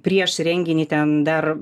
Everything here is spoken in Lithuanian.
prieš renginį ten dar